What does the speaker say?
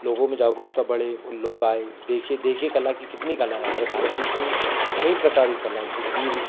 लोगों में जागरुकता बढ़े लोग आए देखें देखें कला कि कितनी कला है हमारे भारत देश में कई प्रकार के कला हैं जैसे तीर